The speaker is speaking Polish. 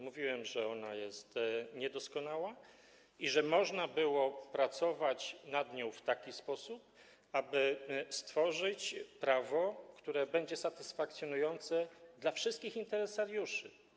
Mówiłem, że ona jest niedoskonała i że można było pracować nad nią w taki sposób, aby stworzyć prawo, które będzie satysfakcjonujące dla wszystkich interesariuszy.